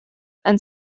and